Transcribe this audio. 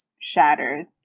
shatters